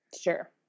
Sure